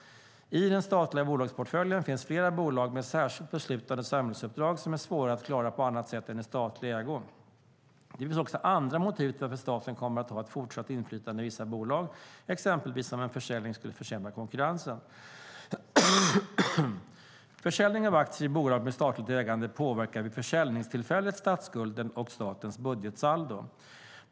I den statliga bolagsportföljen finns flera bolag med särskilt beslutade samhällsuppdrag som är svåra att klara på annat sätt än i statlig ägo. Det finns också andra motiv till varför staten kommer att ha ett fortsatt inflytande i vissa bolag, exempelvis om en försäljning skulle försämra konkurrensen. Försäljning av aktier i bolag med statligt ägande påverkar vid försäljningstillfället statsskulden och statens budgetsaldo.